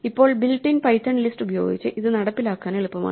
ഇപ്പോൾ built in Python list ഉപയോഗിച്ച് ഇത് നടപ്പിലാക്കാൻ എളുപ്പമാണ്